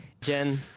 Jen